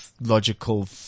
logical